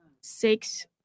Six